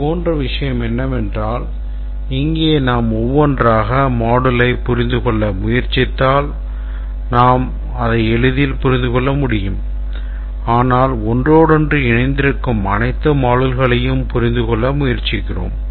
இதேபோன்ற விஷயம் என்னவென்றால் இங்கே நாம் ஒவ்வொன்றாக module புரிந்து கொள்ள முயற்சித்தால் நாம் எளிதில் புரிந்து கொள்ள முடியும் ஆனால் ஒன்றோடொன்று இணைந்திருக்கும் அனைத்து module களையும் புரிந்து கொள்ள முயற்சிக்கிறோம்